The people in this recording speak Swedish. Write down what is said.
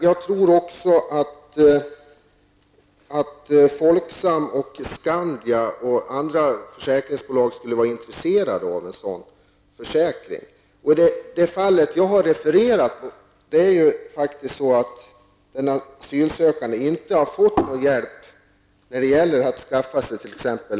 Jag tror också att Folksam, Skandia och andra försäkringsbolag skulle vara intresserade av en sådan försäkring. I det fall jag har refererat har den asylsökande inte fått någon hjälp att skaffa sig t.ex.